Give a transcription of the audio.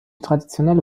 traditionelle